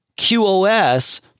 QoS